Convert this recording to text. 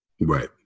Right